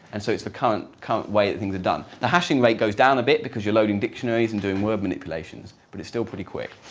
and so it's the current current way that things are done. the hashing rate goes down a bit because you're loading dictionaries and doing word manipulations but it's still pretty quick.